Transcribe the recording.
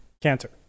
cancer